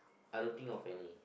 I don't think of any